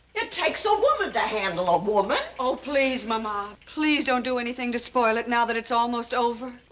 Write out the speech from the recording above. it takes a woman to handle a woman. oh, please, mama. please don't do anything to spoil it now that it's almost over. oh,